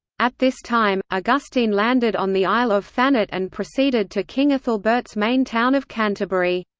at this time, augustine landed on the isle of thanet and proceeded to king aethelberht's main town of canterbury.